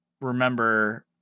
remember